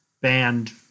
banned